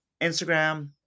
Instagram